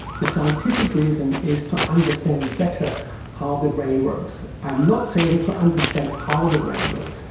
the scientific reason is to understand better how the brain works. i'm not saying to understand how the brain works,